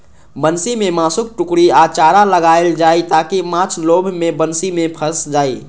बंसी मे मासुक टुकड़ी या चारा लगाएल जाइ, ताकि माछ लोभ मे बंसी मे फंसि जाए